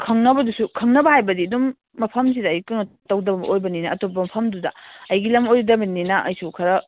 ꯈꯪꯅꯕꯗꯨꯁꯨ ꯈꯪꯅꯕ ꯍꯥꯏꯕꯗꯤ ꯑꯗꯨꯝ ꯃꯐꯝꯁꯤꯗ ꯑꯩ ꯀꯩꯅꯣ ꯇꯧꯗꯧꯕ ꯑꯣꯏꯕꯅꯤꯅ ꯑꯇꯣꯞꯄ ꯃꯐꯝꯗꯨꯗ ꯑꯩꯒꯤ ꯂꯝ ꯑꯣꯏꯗꯕꯅꯤꯅ ꯑꯩꯁꯨ ꯈꯔ